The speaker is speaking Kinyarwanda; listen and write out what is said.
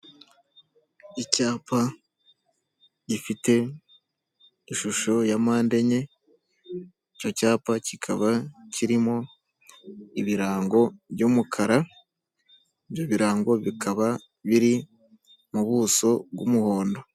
Icyapa gifite ishusho ya mpande enye, icyo cyapa kikaba kirimo ibirango by'umukara ibyo birango bikaba biri mu buso bw'umuhondo.